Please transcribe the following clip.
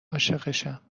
عاشقشم